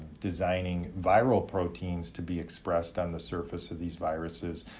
designing viral proteins to be expressed on the surface of these viruses,